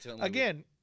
Again